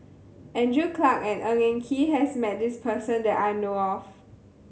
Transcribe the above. Andrew Clarke and Ng Eng Kee has met this person that I know of